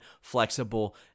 flexible